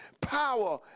power